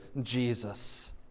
Jesus